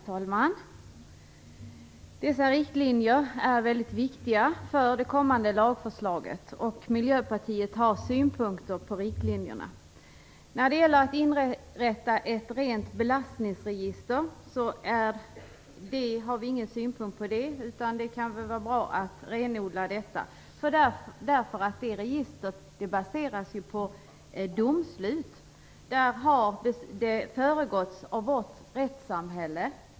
Herr talman! Dessa riktlinjer är mycket viktiga för det kommande lagförslaget. Miljöpartiet har synpunkter på riktlinjerna. Vi har inga synpunkter på att man inrättar ett rent belastningsregister. Det kan väl vara bra att renodla detta eftersom detta register baseras på domslut. Innan uppgifterna kommer dit har de behandlats av vårt rättssamhälle.